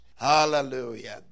Hallelujah